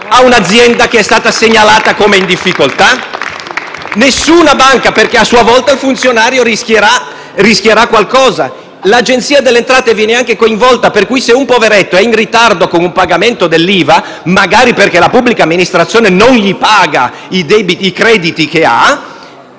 a un'azienda segnalata come in difficoltà? *(Applausi dal Gruppo FI-BP)*. Nessuna banca, perché a sua volta il funzionario rischierà qualcosa. L'Agenzia delle entrate viene anche coinvolta, per cui se un poveretto è in ritardo con un pagamento dell'IVA, magari perché la pubblica amministrazione non gli paga i crediti che ha,